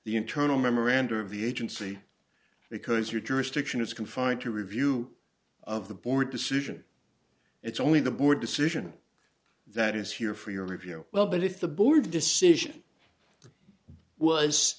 the internal memoranda of the agency because your jurisdiction is confined to review of the board decision it's only the board decision that is here for your review well but if the board decision was